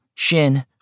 Shin